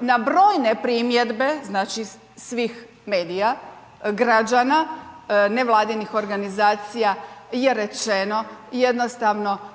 na brojne primjedbe, znači svih medija, građana, ne vladinih organizacija je rečeno jednostavno,